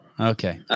Okay